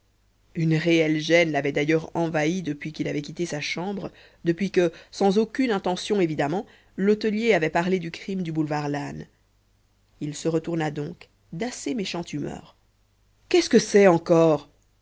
une réelle gêne l'avait d'ailleurs envahi depuis qu'il avait quitté sa chambre depuis que sans aucune intention évidemment l'hôtelier avait parlé du crime du boulevard lannes il se retourna donc d'assez méchante humeur qu'est-ce que c'est encore